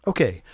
Okay